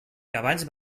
cavalls